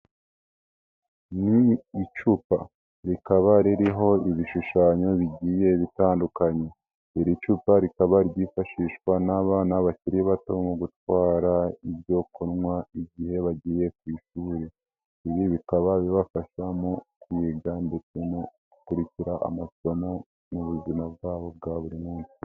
Ni icupa rikaba ririho ibishushanyo, bigiye bitandukanye. Iri cupa rikaba ryifashishwa n'abana bakiri bato mu gutwara ibyo kunywa igihe bagiye ku ishuri. Ibi bikaba bibafasha mu kwiga no mu gukurikira amasomo, mu buzima bwabo bwa buri munsi.